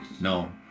No